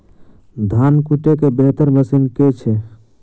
धान कुटय केँ बेहतर मशीन केँ छै?